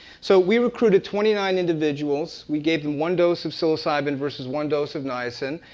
so we recruited twenty nine individuals. we gave them one dose of psilocybin versus one dose of niacin.